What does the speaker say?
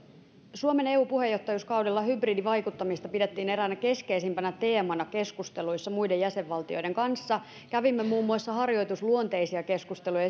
suomen eu puheenjohtajuuskaudella hybridivaikuttamista pidettiin eräänä keskeisimpänä teemana keskusteluissa muiden jäsenvaltioiden kanssa kävimme muun muassa harjoitusluonteisia keskusteluja